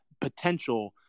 potential